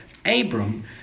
Abram